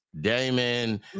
Damon